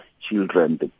children